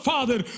Father